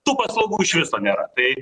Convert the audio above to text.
tų paslaugų iš viso nėra tai